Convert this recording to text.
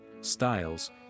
styles